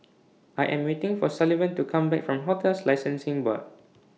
I Am waiting For Sullivan to Come Back from hotels Licensing Board